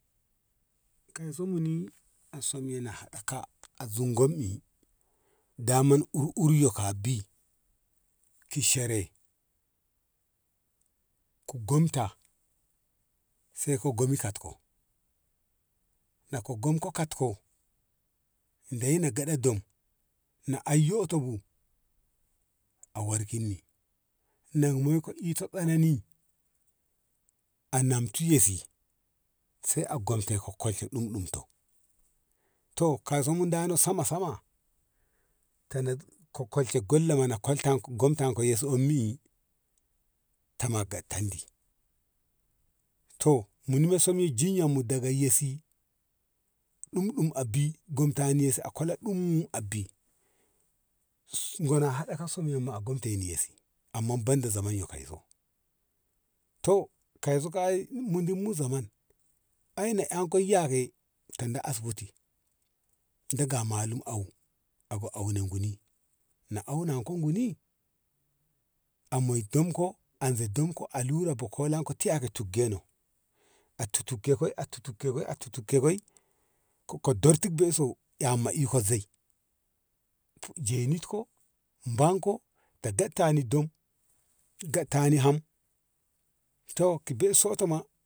kai so muni a somini haɗa ka a zomgomi daman ur urya ka bi ki shere ka gomta sai ka gomta katko na ko gomta katko deiyi na geɗe dom na ai yoto bu a warkin ni na moiko ita tsanani a nemti yesi se a gomte ko ka kwalshe dum dum to to kaiso mu dano sama sama tana ka kwalshe gwalla mana gom- gomtanko yyesi on mi tama gattandi to muni meso jinyyan mu daga yesi ɗumɗum a bi gomtani yesi a kwala ɗum a bi gona haɗa ka son a gomtan yyesi amma banda zaman yo kaiso to kaiso ka`i mu din mu zaman eina enkon yake tada asibiti daga malum au ago auno guni na auna ko guni amoi dom ko aze domko alura bo kola ko tiyya ne tiggeno a tutug gekoi a tutug gekoi ka koi durti be i soi amma iko zei jenit ko banko na dattani dom dattani ham to ki bei sota ma.